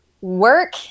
work